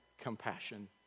compassion